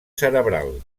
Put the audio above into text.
cerebral